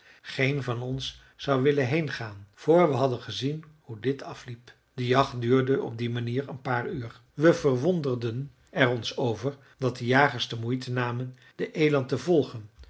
geen van ons zou willen heengaan voor we hadden gezien hoe dit afliep de jacht duurde op die manier een paar uur we verwonderden er ons over dat de jagers de moeite namen den eland te volgen